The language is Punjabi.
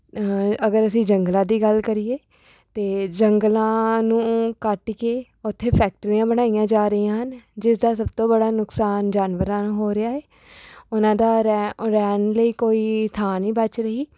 ਅਗਰ ਅਸੀਂ ਜੰਗਲਾਂ ਦੀ ਗੱਲ ਕਰੀਏ ਤਾਂ ਜੰਗਲਾਂ ਨੂੰ ਕੱਟ ਕੇ ਉੱਥੇ ਫੈਕਟਰੀਆਂ ਬਣਾਈਆਂ ਜਾ ਰਹੀਆਂ ਹਨ ਜਿਸ ਦਾ ਸਭ ਤੋਂ ਬੜਾ ਨੁਕਸਾਨ ਜਾਨਵਰਾਂ ਨੂੰ ਹੋ ਰਿਹਾ ਹੈ ਉਹਨਾਂ ਦਾ ਰਹਿ ਰਹਿਣ ਲਈ ਕੋਈ ਥਾਂ ਨਹੀਂ ਬਚ ਰਹੀ